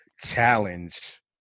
challenge